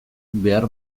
behar